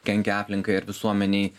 kenkia aplinkai ar visuomenei